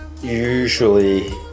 usually